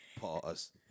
Pause